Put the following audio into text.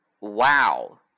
Wow